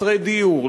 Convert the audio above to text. לחסרי דיור,